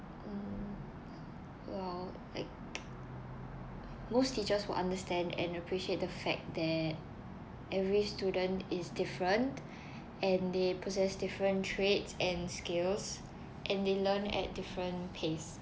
mm well like most teachers will understand and appreciate the fact that every student is different and they possess different traits and skills and they learn at different pace